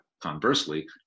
conversely